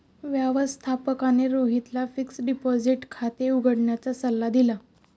व्यवस्थापकाने रोहितला fixed deposit खाते उघडण्याचा सल्ला दिला